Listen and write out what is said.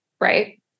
right